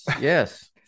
yes